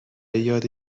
یاد